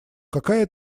какая